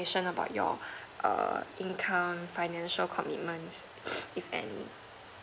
about your err income financial commitments if any